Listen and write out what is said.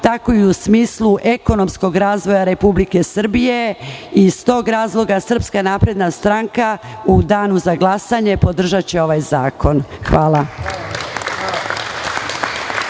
tako i u smislu ekonomskog razvoja Republike Srbije. Iz tog razloga, SNS u Danu za glasanje podržaće ovaj zakon. Hvala.